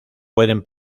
pueden